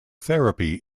therapy